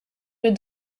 with